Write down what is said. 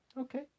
Okay